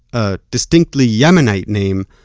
a distinctly yemenite name,